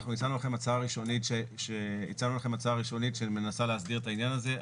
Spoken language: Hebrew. אנחנו הצענו לכם הצעה ראשונית שמנסה להסדיר את העניין הזה.